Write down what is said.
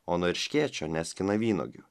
o nuo erškėčių neskina vynuogių